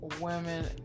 women